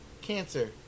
Cancer